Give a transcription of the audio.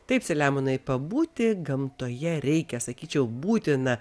taip selemonai pabūti gamtoje reikia sakyčiau būtina